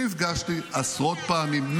אני נפגשתי עשרות פעמים,